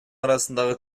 арасындагы